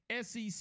SEC